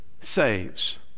saves